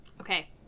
Okay